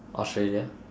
australia